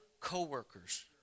co-workers